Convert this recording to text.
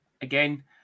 again